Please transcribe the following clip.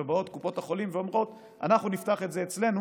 ובאות קופות החולים ואומרות: אנחנו נפתח את זה אצלנו